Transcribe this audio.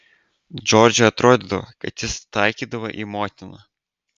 džordžui atrodydavo kad jis taikydavo į motiną